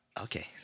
Okay